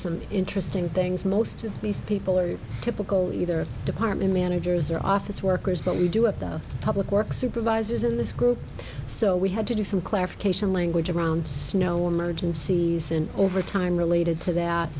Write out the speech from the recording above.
some interesting things most of these people are typical either department managers or office workers but we do it the public work supervisors in this group so we had to do some clarification language around snow emergencies and overtime related to that